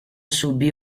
subì